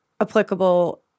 applicable